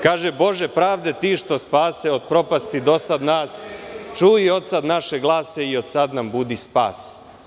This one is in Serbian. Kaže: "Bože pravde, ti što spase od propasti do sad nas, čuj i od sad naše glase i od sad nam budi spas.